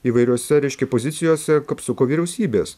įvairiose reiškia pozicijose kapsuko vyriausybės